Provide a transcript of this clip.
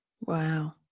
Wow